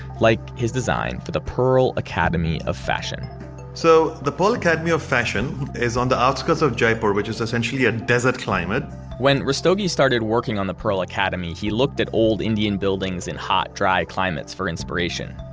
like his design for the pearl academy of fashion so the pearl academy of fashion is on the outskirts of jaipur, which is essentially a ah desert climate when rastogi started working on the pearl academy, he looked at old indian buildings in hot, dry climates for inspiration.